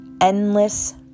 endless